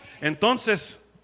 Entonces